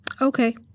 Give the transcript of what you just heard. Okay